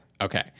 Okay